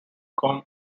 com